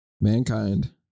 Mankind